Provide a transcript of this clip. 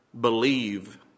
believe